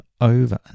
over